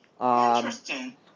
Interesting